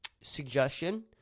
suggestion